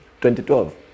2012